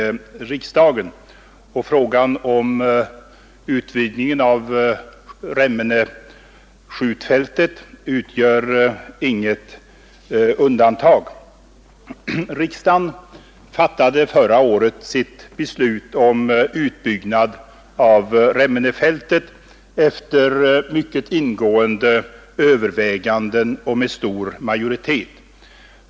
Frågan om en utvidgning av Remmene skjutfält utgör inget undantag. Riksdagen fattade förra året sitt beslut om utbyggnad av Remmenefältet efter mycket ingående överväganden och med stor majoritet.